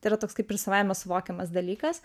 tai yra toks kaip ir savaime suvokiamas dalykas